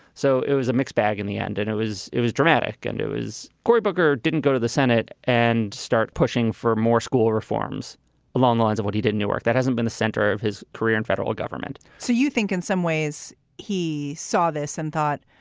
so it was a mixed bag in the end. and it was it was dramatic. and it was cory booker didn't go to the senate and start pushing for more school reforms along the lines of what he did in newark. that hasn't been the center of his career in federal government so you think in some ways he saw this and thought,